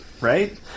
right